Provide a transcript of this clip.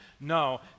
No